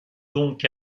donc